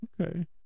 Okay